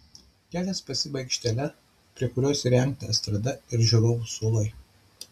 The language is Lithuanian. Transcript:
kelias pasibaigia aikštele prie kurios įrengta estrada ir žiūrovų suolai